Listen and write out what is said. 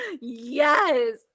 yes